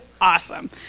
awesome